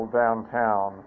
downtown